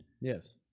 Yes